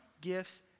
gifts